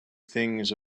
things